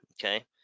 okay